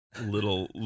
little